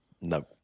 no